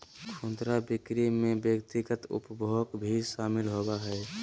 खुदरा बिक्री में व्यक्तिगत उपभोग भी शामिल होबा हइ